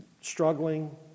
struggling